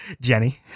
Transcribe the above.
Jenny